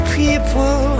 people